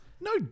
No